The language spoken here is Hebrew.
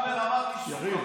הוא אומר שאמרתי סוקה.